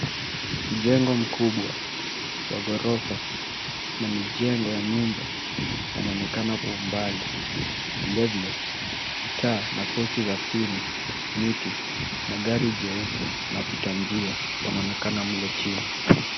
Jengo mkubwa wa ghorofa na mijengo ya nyumba yanaonekana kwa umbali. Vilevile taa na post za stima, miti na gari nyeupe na wapitanjia wanaonekana mle chini.